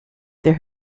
there